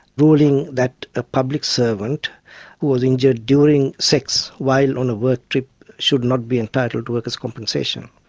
ruling that a public servant who was injured during sex while on a work trip should not be entitled to workers compensation.